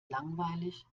langweilig